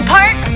Park